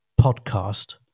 podcast